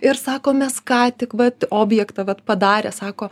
ir sako mes ką tik vat objektą vat padarę sako